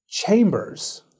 Chambers